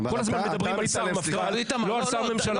כל הזמן מדברים על שר-מפכ"ל ולא על שר-ממשלה.